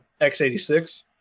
x86